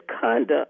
conduct